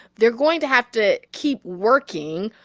they're going to have to keep working,